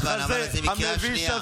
חברת הכנסת נעמה לזימי, תודה.